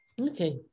Okay